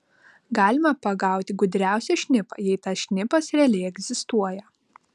galima pagauti gudriausią šnipą jei tas šnipas realiai egzistuoja